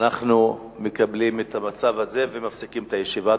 ואנחנו מקבלים את המצב הזה ומפסיקים את הישיבה.